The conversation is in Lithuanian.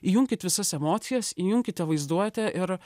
įjunkit visas emocijas įjunkite vaizduotę ir